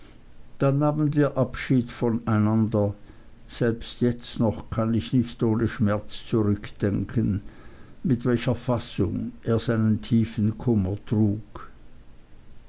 dann nahmen wir abschied von einander selbst jetzt noch kann ich nicht ohne schmerz zurückdenken mit welcher fassung er seinen tiefen kummer trug